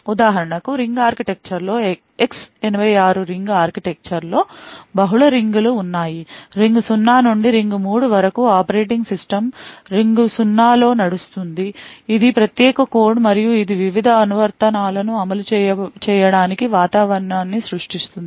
ఉదాహరణకు ring architecture లో X86 ring architecture లో బహుళ రింగులు ఉన్నాయి రింగ్ 0 నుండి రింగ్ 3 వరకు ఆపరేటింగ్ సిస్టమ్ రింగ్ 0 లో నడుస్తుంది ఇది ప్రత్యేక కోడ్ మరియు ఇది వివిధ అనువర్తనాలు అమలు చేయడానికి వాతావరణాన్ని సృష్టిస్తుంది